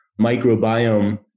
microbiome